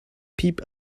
peep